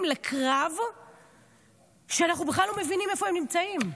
לקרב כשאנחנו בכלל לא מבינים איפה הם נמצאים?